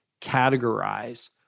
categorize